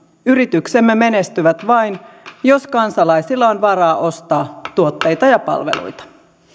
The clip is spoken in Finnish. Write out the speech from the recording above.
yrityksemme menestyvät vain jos kansalaisilla on varaa ostaa tuotteita ja palveluita